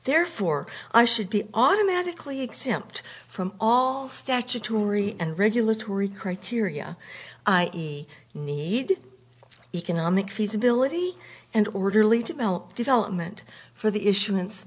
therefore i should be automatically exempt from all statutory and regulatory criteria i need economic feasibility and orderly develop development for the issuance